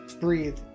breathe